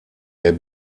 der